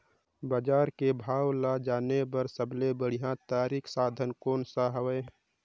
बजार के भाव ला जाने बार सबले बढ़िया तारिक साधन कोन सा हवय?